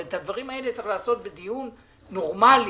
אבל את הדברים האלה צריך לעשות בדיון נורמלי